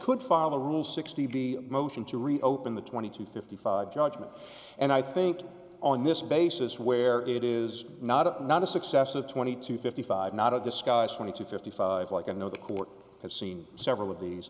could follow the rule sixty b motion to reopen the twenty to fifty five judgment and i think on this basis where it is not a not a success of twenty to fifty five not a disguise twenty to fifty five like i know the court has seen several of these